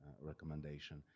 recommendation